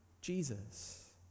Jesus